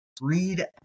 read